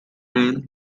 rail